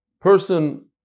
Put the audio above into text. Person